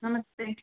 नमस्ते